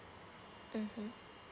mmhmm